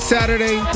Saturday